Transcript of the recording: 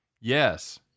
Yes